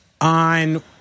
on